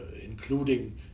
including